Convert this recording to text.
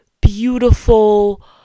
beautiful